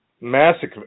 massive